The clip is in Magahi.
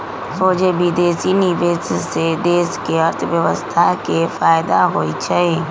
सोझे विदेशी निवेश से देश के अर्थव्यवस्था के फयदा होइ छइ